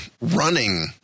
running